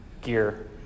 Gear